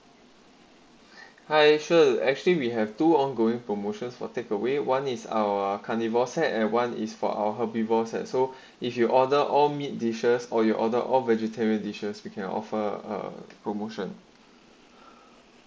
hi sir actually we have to ongoing promotions for takeaway one is our carnivore set at one is for our her pupils and so if you order or meat dishes or your order or vegetarian dishes we can offer a promotion